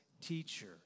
teacher